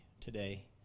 Today